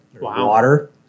water